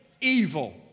evil